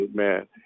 amen